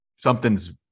something's